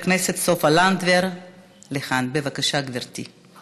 בבקשה, גברתי.